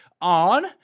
on